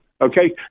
okay